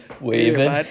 Waving